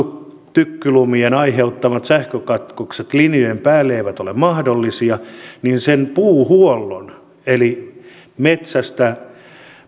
tykkylumien aiheuttamat sähkökatkokset linjojen päälle eivät ole mahdollisia niin sen puuhuollon eli metsästä